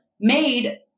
made